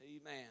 Amen